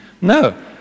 No